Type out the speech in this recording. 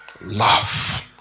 love